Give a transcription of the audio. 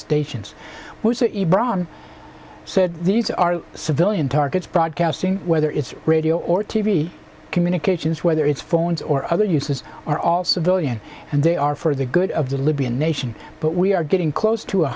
city braun said these are civilian targets broadcasting whether it's radio or t v communications whether it's phones or other uses are all civilian and they are for the good of the libyan nation but we are getting close to